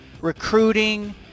recruiting